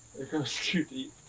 it goes too deep.